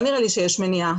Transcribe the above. לא נראה לי שיש מניעה.